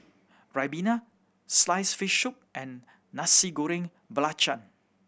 ribena sliced fish soup and Nasi Goreng Belacan